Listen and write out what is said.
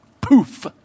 poof